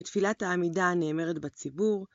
תפילת העמידה נאמרת בציבור.